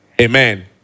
Amen